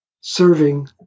serving